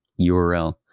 URL